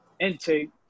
intake